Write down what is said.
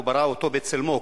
הוא ברא אותו בצלמו,